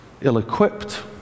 ill-equipped